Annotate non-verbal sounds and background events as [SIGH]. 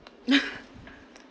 [LAUGHS]